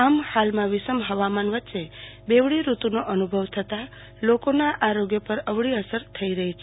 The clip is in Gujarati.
આમ હાલમાં વિષમ હવામાન વચ્યે બેવડી ઋતુનો અનુભવ થતા લોકોના આરોગ્ય પર અવળી અસર થઇ રહી છે